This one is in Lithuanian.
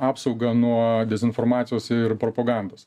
apsaugą nuo dezinformacijos ir propagandos